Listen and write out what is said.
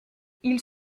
ils